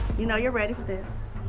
you know you're ready for this.